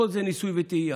הכול זה ניסוי וטעייה.